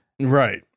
Right